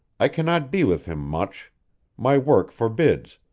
i cannot be with him much my work forbids,